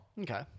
Okay